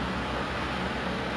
because the pay for it is